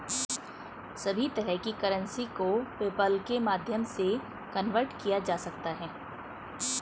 सभी तरह की करेंसी को पेपल्के माध्यम से कन्वर्ट किया जा सकता है